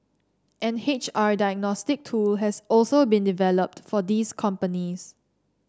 an H R diagnostic tool has also been developed for these companies